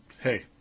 hey